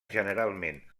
generalment